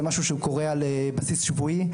זה משהו שקורה על בסיס שבועי.